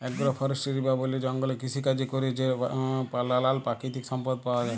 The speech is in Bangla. এগ্র ফরেস্টিরি বা বলে জঙ্গলে কৃষিকাজে ক্যরে যে লালাল পাকিতিক সম্পদ পাউয়া যায়